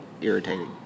irritating